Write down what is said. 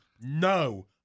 no